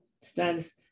stands